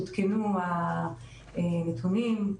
עודכנו הנתונים.